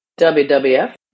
WWF